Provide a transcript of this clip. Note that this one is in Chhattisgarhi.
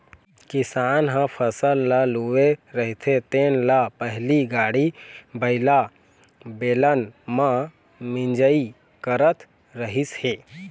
किसान ह फसल ल लूए रहिथे तेन ल पहिली गाड़ी बइला, बेलन म मिंजई करत रिहिस हे